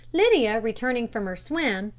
lydia, returning from her swim,